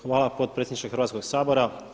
Hvala potpredsjedniče Hrvatskoga sabora.